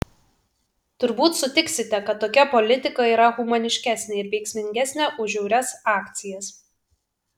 turbūt sutiksite kad tokia politika yra humaniškesnė ir veiksmingesnė už žiaurias akcijas